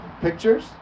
Pictures